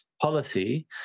policy